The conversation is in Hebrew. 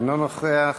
אינו נוכח,